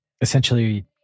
essentially